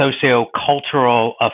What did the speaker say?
socio-cultural